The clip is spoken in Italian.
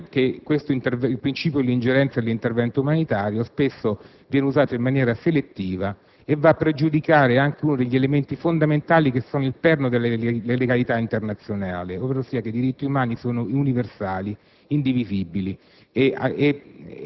dimostrazione che il principio dell'ingerenza dell'intervento umanitario spesso viene usato in maniera selettiva e va a pregiudicare anche uno dei perni fondamentali delle legalità internazionali: i diritti umani sono universali, indivisibili